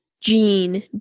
gene